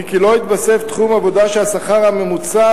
הוא כי לא יתווסף תחום עבודה שהשכר הממוצע